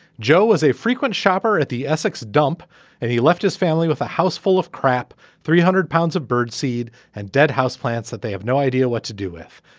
joe was a frequent shopper at the essex dump and he left his family with a house full of crap three hundred pounds of birdseed and dead houseplants that they have no idea what to do with.